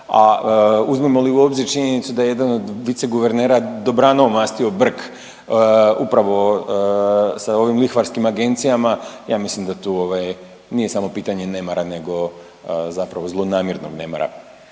a uzmemo li u obzir činjenicu da je jedan od viceguvernera dobrano omastio brk upravo sa ovim lihvarskim agencijama ja mislim da tu ovaj nije samo pitanje nemara nego zapravo zlonamjernog nemara.